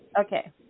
Okay